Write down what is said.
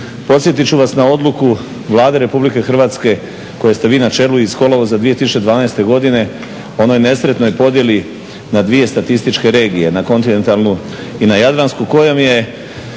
podsjetit ću vas na odluku Vlade RH, koje ste vi na čelu, iz kolovoza 2012. godine, onoj nesretnoj podijeli na 2 statističke regije, na kontinentalnu i na jadransku kojom je